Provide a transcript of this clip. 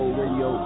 radio